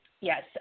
yes